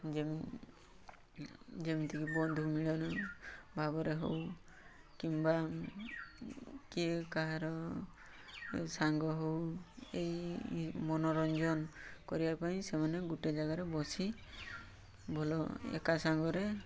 ଯେମିତିକି ବନ୍ଧୁ ମିଳନ ଭାବରେ ହେଉ କିମ୍ବା କିଏ କାହାର ସାଙ୍ଗ ହେଉ ଏଇ ମନୋରଞ୍ଜନ କରିବା ପାଇଁ ସେମାନେ ଗୋଟେ ଜାଗାରେ ବସି ଭଲ ଏକା ସାଙ୍ଗରେ